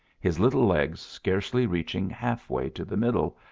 his little legs scarcely reaching halfway to the middle,